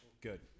Good